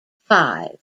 five